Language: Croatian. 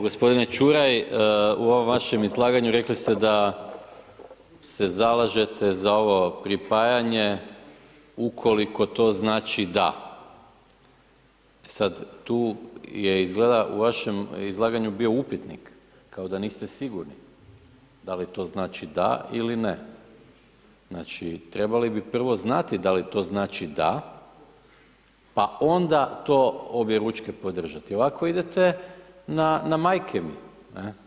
Gospodine Ćuraj, u ovom vašem izlaganju rekli ste da se zalažete za ovo pripajanje ukoliko to znači DA, e sad, tu je izgleda u vašem izlaganju bio upitnik kao da niste sigurni da li to znači DA ili NE, znači trebali bi prvo znati da li to znači DA, pa onda to objeručke podržati, ovako idete na, na majke mi, ne.